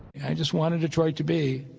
i just want detroit to be